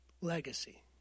legacy